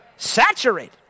Saturated